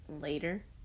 later